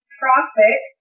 profit